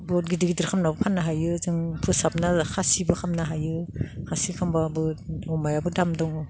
बहुत गिदिर गिदिर खालामनाबो फाननो हायो जों फोसाबना खासिबो खालामनो हायो खासि खालामोबाबो अमायाबो दाम दङ